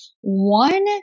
one